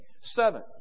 Seven